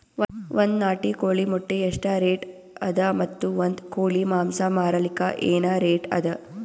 ಒಂದ್ ನಾಟಿ ಕೋಳಿ ಮೊಟ್ಟೆ ಎಷ್ಟ ರೇಟ್ ಅದ ಮತ್ತು ಒಂದ್ ಕೋಳಿ ಮಾಂಸ ಮಾರಲಿಕ ಏನ ರೇಟ್ ಅದ?